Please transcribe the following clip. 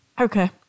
okay